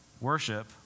worship